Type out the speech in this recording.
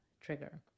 trigger